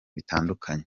bitandukanye